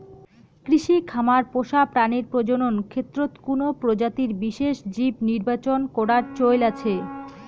কৃষি খামার পোষা প্রাণীর প্রজনন ক্ষেত্রত কুনো প্রজাতির বিশেষ জীব নির্বাচন করার চৈল আছে